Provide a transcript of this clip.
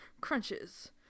crunches